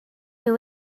nhw